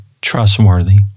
trustworthy